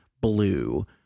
Blue